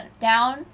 down